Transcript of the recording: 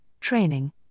training